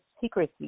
secrecy